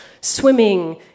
Swimming